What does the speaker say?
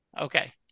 Okay